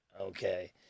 okay